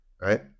right